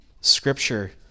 scripture